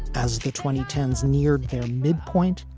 as the twenty ten s neared their midpoint,